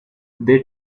they